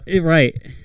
Right